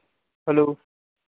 hello